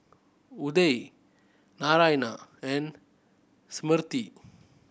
Udai Naraina and Smriti